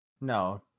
No